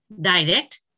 direct